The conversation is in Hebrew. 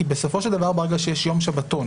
כי בסופו של דבר ברגע שיש יום שבתון,